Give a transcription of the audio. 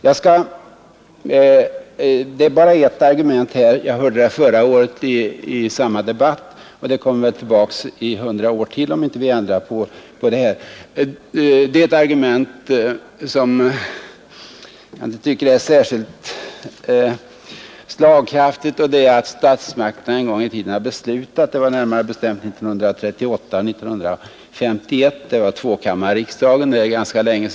Jag skall här bara beröra ett argument, som jag också hörde i förra årets debatt och som väl kommer tillbaka i ytterligare hundra år om vi inte gör någonting åt denna sak. Det argumentet är att tvåkammarriksdagen tidigare har beslutat — det var närmare bestämt 1938 och 1951; alltså för ganska länge sedan — om ledningen av jaktvårdsarbetet i landet.